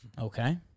Okay